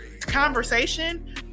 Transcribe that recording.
conversation